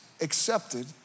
accepted